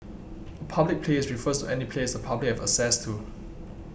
a public place refers to any place the public have access to